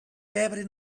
pebre